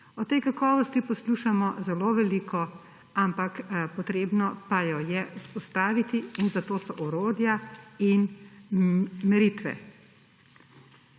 O tej kakovosti poslušamo zelo veliko, ampak treba pa jo je vzpostaviti; in za to so orodja in meritve.